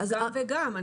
גם וגם.